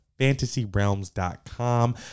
fantasyrealms.com